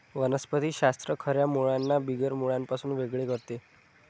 वनस्पति शास्त्र खऱ्या मुळांना बिगर मुळांपासून वेगळे करते